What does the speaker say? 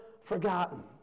forgotten